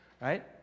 right